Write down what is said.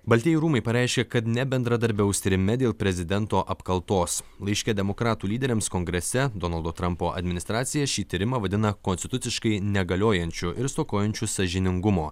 baltieji rūmai pareiškė kad nebendradarbiaus tyrime dėl prezidento apkaltos laiške demokratų lyderiams kongrese donaldo trumpo administracija šį tyrimą vadina konstituciškai negaliojančiu ir stokojančiu sąžiningumo